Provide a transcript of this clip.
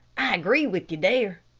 i agree with you there.